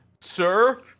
sir